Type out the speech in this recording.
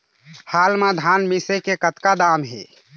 हाल मा धान मिसे के कतका दाम हे?